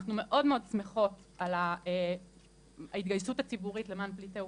אנחנו מאוד מאוד שמחות על ההתגייסות הציבורית למען פליטי אוקראינה,